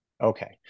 Okay